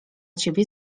ciebie